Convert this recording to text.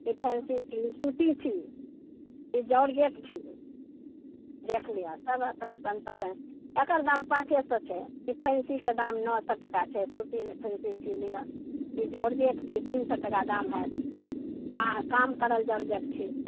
ई fancy ई सूती छी ई जॉर्जेट छी देख लिअ सभ अपन अपन पसन्दसँ एकर दाम पाँचे सओके छै ई फैंसीके दाम नओ सओ टाका छै सूती फैंसी चीज लिअ ई जॉर्जेट छी तीन सओ टाका दाम हैत आओर काम करल जॉर्जट छी